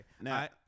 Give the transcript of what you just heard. Now